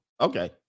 okay